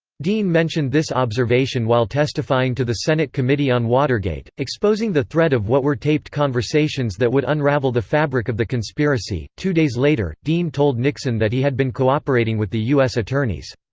dean mentioned this observation while testifying to the senate committee on watergate, exposing the thread of what were taped conversations that would unravel the fabric of the conspiracy two days later, dean told nixon that he had been cooperating with the u s. attorneys.